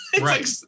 Right